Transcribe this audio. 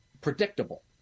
predictable